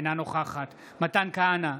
אינה נוכחת מתן כהנא,